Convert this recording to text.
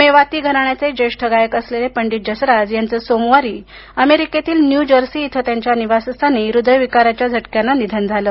मेवाती घराण्याचे ज्येष्ठ गायक असलेल्या पंडित जसराज यांचं सोमवारी अमेरिकेतील न्यूजर्सी इथं त्यांच्या निवासस्थानी हृद्यविकाराच्या झटक्यानं निधन झालं